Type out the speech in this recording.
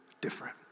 different